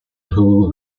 who